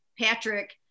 Patrick